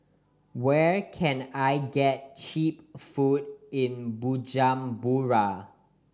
where can I get cheap food in Bujumbura